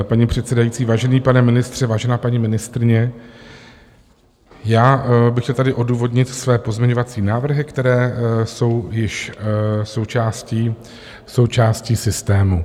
Paní předsedající, vážený pane ministře, vážená paní ministryně, já bych chtěl tady odůvodnit své pozměňovací návrhy, které jsou již součástí systému.